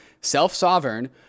self-sovereign